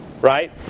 right